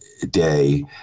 day